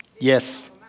Yes